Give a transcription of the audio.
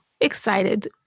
excited